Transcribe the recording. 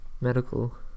medical